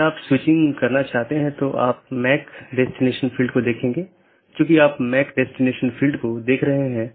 जैसा कि हमने देखा कि रीचैबिलिटी informations मुख्य रूप से रूटिंग जानकारी है